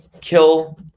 kill